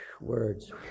words